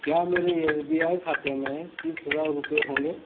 کیا میرے S B I کھاتے میں تیس ہزار روپے ہوں گے